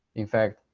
in fact,